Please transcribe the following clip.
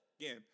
again